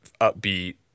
upbeat